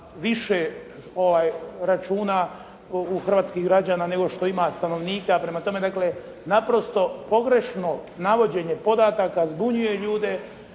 više računa u hrvatskih građana nego što ima stanovnika. Prema tome dakle, naprosto pogrešno navođenje podataka zbunjuje ljude,